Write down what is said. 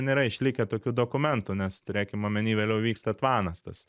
nėra išlikę tokių dokumentų nes turėkim omeny vėliau vyksta tvanas tas